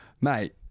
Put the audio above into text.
Mate